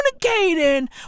communicating